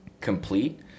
complete